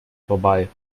vorbei